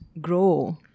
grow